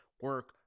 Work